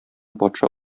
патша